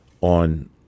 on